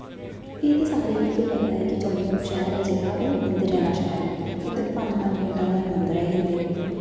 एह् ते सारें गी गै पता ऐ जम्मू शैह्र ऐ जेह्ड़ा ओह् मंदरें दा शैह्र ऐ इद्धर पंज पंज मिन्टैं बाद मंदर आई जंदे